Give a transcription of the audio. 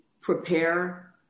prepare